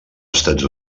estats